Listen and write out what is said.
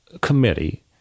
committee